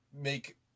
make